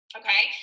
okay